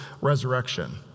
resurrection